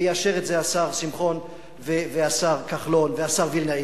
ויאשרו את זה השר שמחון והשר כחלון והשר וילנאי,